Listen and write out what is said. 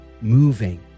moving